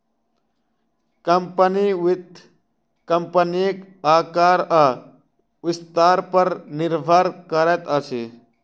company, वित्त कम्पनीक आकार आ विस्तार पर निर्भर करैत अछि